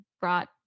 brought